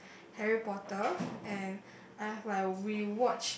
Harry Potter and I have like rewatched